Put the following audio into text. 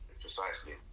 Precisely